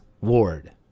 Ward